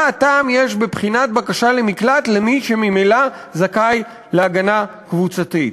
מה הטעם יש בבחינת בקשה למקלט למי שממילא זכאי להגנה קבוצתית?